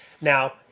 Now